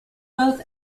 both